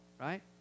right